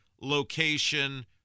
location